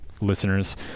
listeners